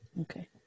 Okay